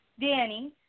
Danny